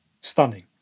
stunning